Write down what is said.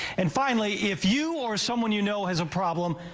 and finally, if you or someone you know has a problem,